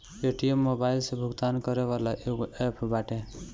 Paytm mobile से भुगतान करे वाला एगो एप्प बाटे